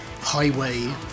highway